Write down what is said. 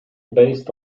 based